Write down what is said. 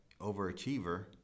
overachiever